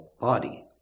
body